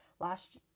last